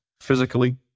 physically